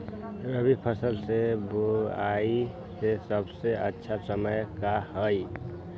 रबी फसल के बुआई के सबसे अच्छा समय का हई?